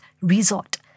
resort